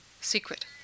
secret